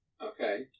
Okay